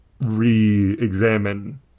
re-examine